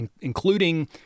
including